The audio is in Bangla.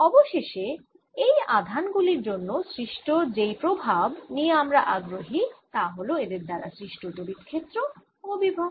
অবশেষে এই আধান গুলির জন্য সৃষ্ট যেই প্রভাব নিয়ে আমরা আগ্রহী তা হল এদের দ্বারা সৃষ্ট তড়িৎ ক্ষেত্র ও বিভব